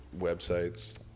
websites